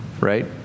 Right